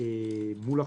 מול החשכ"ל,